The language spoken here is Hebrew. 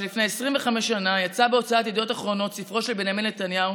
שלפני 25 שנה יצא בהוצאת ידיעות אחרונות ספרו של בנימין נתניהו,